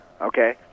Okay